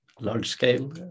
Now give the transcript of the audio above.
large-scale